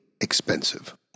expensive